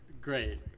Great